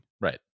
Right